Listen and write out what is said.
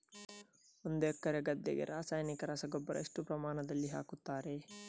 ಒಂದು ಎಕರೆ ಗದ್ದೆಗೆ ರಾಸಾಯನಿಕ ರಸಗೊಬ್ಬರ ಎಷ್ಟು ಪ್ರಮಾಣದಲ್ಲಿ ಹಾಕುತ್ತಾರೆ?